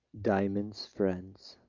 diamond's friends